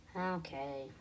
Okay